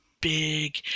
big